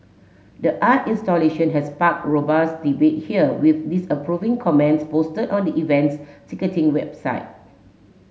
the art installation had sparked robust debate here with disapproving comments posted on the event's ticketing website